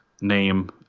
name